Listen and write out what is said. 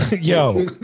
Yo